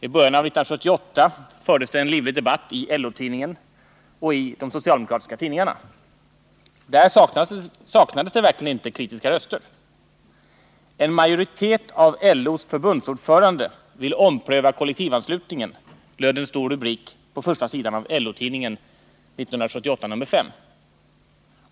I början av 1978 fördes det en livlig debatt i LO-tidningen och i de socialdemokratiska tidningarna. Där saknades det verkligen inte kritiska röster. ”En majoritet av LO:s förbundsordförande vill ompröva kollektivanslutningen”, löd en stor rubrik på första sidan av LO-tidningen nr 5 år 1978.